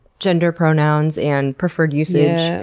gender pronouns and preferred usage.